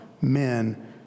men